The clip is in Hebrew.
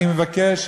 אני מבקש,